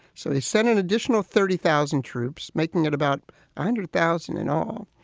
so they sent an additional thirty thousand troops, making it about a hundred thousand in all.